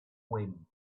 wind